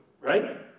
Right